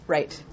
Right